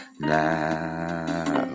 now